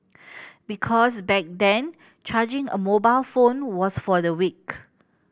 because back then charging a mobile phone was for the weak